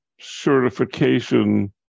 certification